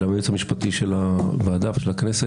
אלא מהיועצים המשפטיים של הוועדה ושל הכנסת